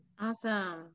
Awesome